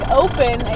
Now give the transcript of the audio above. open